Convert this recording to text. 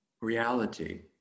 reality